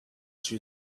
two